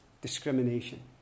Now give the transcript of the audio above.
discrimination